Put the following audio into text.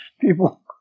people